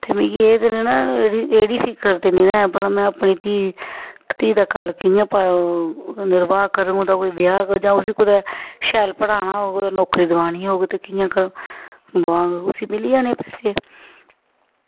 ते मिगी एह् ते फिक्र निं ना कि अपनी धीऽ दा कि'यां करङ उम्र भर जि'यां ब्याह् गै शैल पढ़ाना होग नौकरी करनी होग ते कि'यां गै लोआङ गै ते मिली जाने पैसे